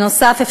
נוסף על כך,